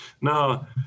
Now